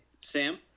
Sam